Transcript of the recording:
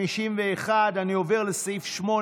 51. אני עובר לסעיף 8,